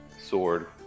sword